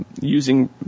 using